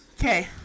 Okay